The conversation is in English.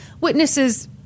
witnesses